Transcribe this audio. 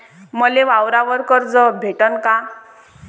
मले वावरावर कर्ज भेटन का?